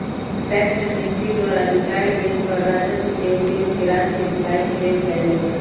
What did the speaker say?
tax amnesty द्वारा जुटाएल गेल कर राजस्व के उपयोग राज्य केँ भलाई के लेल कएल जाइ छइ